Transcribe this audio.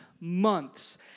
months